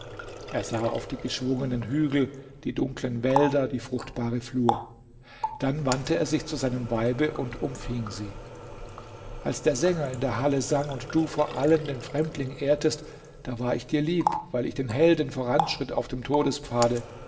er sah auf die geschwungenen hügel die dunklen wälder die fruchtbare flur dann wandte er sich zu seinem weibe und umfing sie als der sänger in der halle sang und du vor allen den fremdling ehrtest da war ich dir lieb weil ich den helden voranschritt auf dem